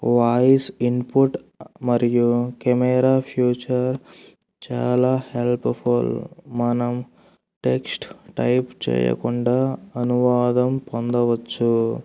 voice input మరియు camera future చాలా helpful మనం టెక్స్ట్ టైప్ చేయకుండా అనువాదం పొందవచ్చు